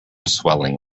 swelling